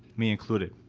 me included.